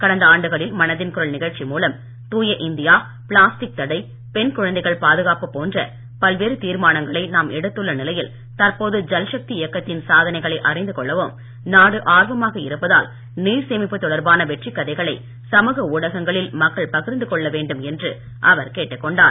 கடந்த ஆண்டுகளில் மனதின் குரல் நிகழ்ச்சி மூலம் தூய இந்தியா பிளாஸ்டிக் தடை பெண் குழந்தைகள் பாதுகாப்பு போன்ற பல்வேறு தீர்மானங்களை நாம் எடுத்துள்ள நிலையில் தற்போது ஜல்சக்தி இயக்கத்தின் சாதனைகளை அறிந்து கொள்ளவும் நாடு ஆர்வமாக இருப்பதால் நீர் சேமிப்பு தொடர்பான வெற்றி கதைகளை சமூக ஊடகங்களில் மக்கள் பகிர்ந்து கொள்ள வேண்டும் என்று கேட்டுக் கொண்டார்